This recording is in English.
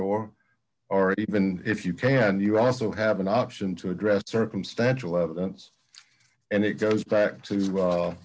or are even if you can you also have an option to address circumstantial evidence and it goes back to